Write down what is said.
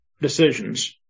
decisions